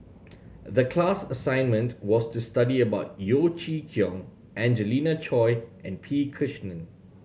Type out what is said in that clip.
the class assignment was to study about Yeo Chee Kiong Angelina Choy and P Krishnan